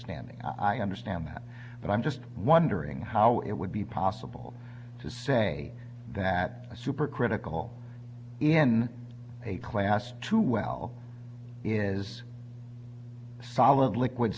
standing i understand that but i'm just wondering how it would be possible to say that a super critical in a class to well is solid liquid